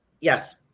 Yes